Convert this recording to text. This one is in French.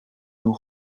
nous